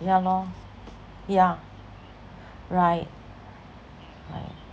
ya lor yeah right right